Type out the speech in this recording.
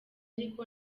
ariko